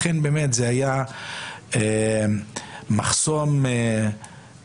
לכן זה היה מחסום פרוצדורלי,